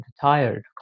tired